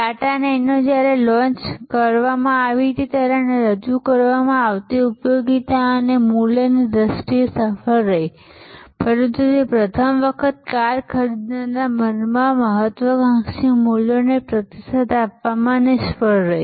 Tata Nano જ્યારે તેને launch કરવામાં આવી ત્યારે તેને રજૂ કરવામાં આવતી ઉપયોગીતા અને મૂલ્યની દ્રષ્ટિએ સફળ રહી પરંતુ તે પ્રથમ વખત કાર ખરીદનારના મનમાં મહત્વાકાંક્ષી મૂલ્યોને પ્રતિસાદ આપવામાં નિષ્ફળ રહી